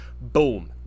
boom